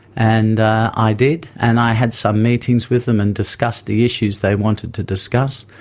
and i did and i had some meetings with them and discussed the issues they wanted to discuss.